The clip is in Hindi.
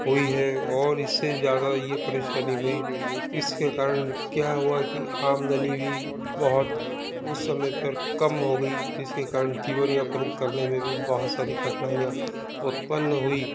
हुई है और इससे ज़्यादा ये परेशानी हुई इसके कारण क्या हुआ कि आमदनी भी बहुत उस समय पर कम हो गई जिसके कारण जीवन यापन करने में भी बहुत सारी कठिनाइयाँ उत्पन्न हुई